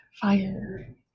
Fire